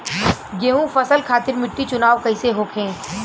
गेंहू फसल खातिर मिट्टी चुनाव कईसे होखे?